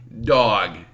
Dog